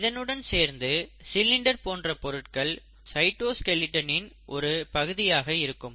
இதனுடன் சேர்ந்து சிலிண்டர் போன்ற பொருட்கள் சைட்டோஸ்கெலட்டனின் ஒரு பகுதியாக இருக்கும்